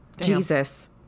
jesus